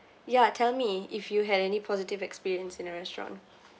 ya tell me if you had any positive experience in a restaurant